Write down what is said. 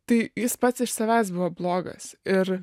tai jis pats iš savęs buvo blogas ir